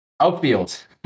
Outfield